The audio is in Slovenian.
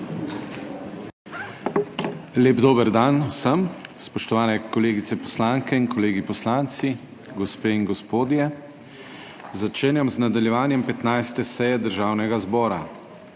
Lep dober dan vsem! Spoštovani kolegice poslanke in kolegi poslanci, gospe in gospodje! Začenjam z nadaljevanjem 15. seje Državnega zbora.